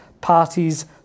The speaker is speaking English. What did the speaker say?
parties